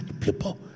people